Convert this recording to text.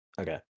Okay